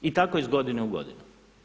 I tako iz godine u godinu.